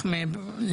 עכשיו רובם באים בלי